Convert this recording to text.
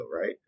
Right